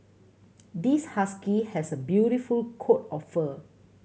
this husky has a beautiful coat of fur